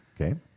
Okay